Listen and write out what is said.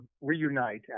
Reunite